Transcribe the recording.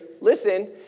listen